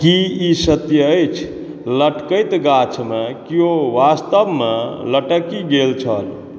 की ई सत्य अछि लटकैत गाछमे कियो वास्तवमे लटकि गेल छल